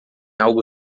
algo